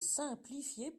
simplifiez